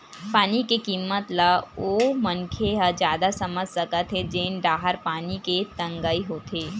पानी के किम्मत ल ओ मनखे ह जादा समझ सकत हे जेन डाहर पानी के तगई होवथे